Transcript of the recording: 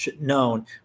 known